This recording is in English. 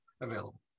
available